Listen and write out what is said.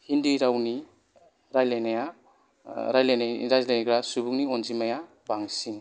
हिन्दी रावनि रायलायनाया रायलायनाय रायज्लायग्रा सुबुंनि अनजिमाया बांसिन